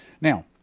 Now